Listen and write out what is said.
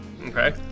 Okay